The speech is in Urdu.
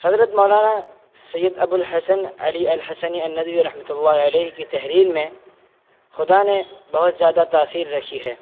حضرت مولانا سید ابوالحسن علی الحسنی الندوی رحمۃ اللہ علیہ کی تحریر میں خدا نے بہت زیادہ تاثیر رکھی ہے